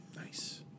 nice